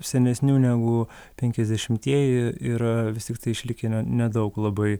senesnių negu penkiasdešimtieji yra vis tiktai išlikę ne nedaug labai